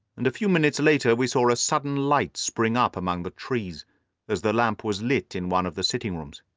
and a few minutes later we saw a sudden light spring up among the trees as the lamp was lit in one of the sitting-rooms.